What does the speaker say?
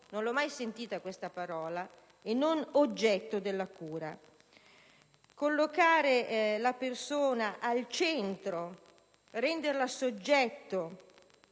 non ho mai sentito pronunciare questa parola - e non oggetto della cura. Collocare la persona al centro, renderla soggetto